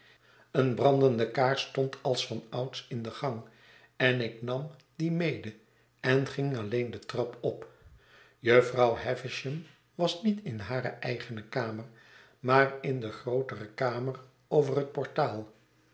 eene brandende kaars stond als vanouds in den gang en ik nam die mede en ging alleen de trap op jufvrouw havisham was niet in hare eigene kamer maar in de grooterekamer over het portaal